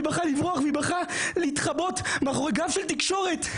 היא בחרה לברוח ובחרה להתחבא מאחורי גב של תקשורת.